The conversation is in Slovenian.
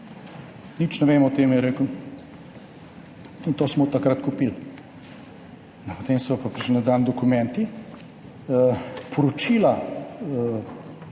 Nič ne vem o tem, je rekel, in to smo takrat kupili. Potem so pa prišli na dan dokumenti, poročila